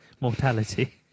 mortality